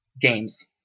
games